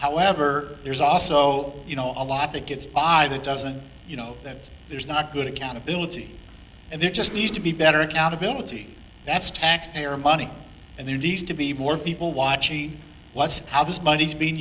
however there's also you know a lot that gets by that doesn't you know that there's not good accountability and there just needs to be better accountability that's taxpayer money and there needs to be more people watching what's how this money's being